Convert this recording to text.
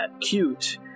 cute